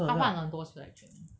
他换了很多次 actually